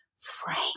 Frank